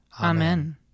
Amen